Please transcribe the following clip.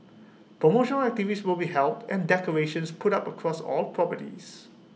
promotional activities will be held and decorations put up across all properties